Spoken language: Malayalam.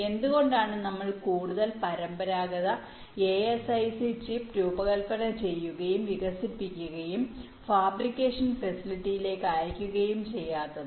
എന്തുകൊണ്ടാണ് നമ്മൾ കൂടുതൽ പരമ്പരാഗത ASIC ചിപ്പ് രൂപകൽപ്പന ചെയ്യുകയും വികസിപ്പിക്കുകയും ഫാബ്രിക്കേഷൻ ഫെസിലിറ്റിയിലേക്ക് അയയ്ക്കുകയും ചെയ്യാത്തത്